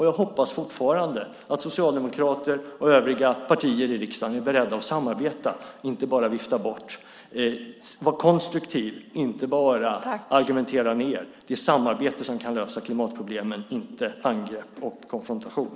Jag hoppas fortfarande att Socialdemokraterna och övriga partier i riksdagen är beredda att samarbeta och inte bara vifta bort, att vara konstruktiva och inte bara argumentera ned det samarbete som kan lösa klimatproblemen och att de inte bara bedriver angrepp och konfrontation.